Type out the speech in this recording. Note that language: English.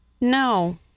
No